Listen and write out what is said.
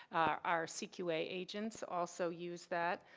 our cqa agents also use that.